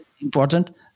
important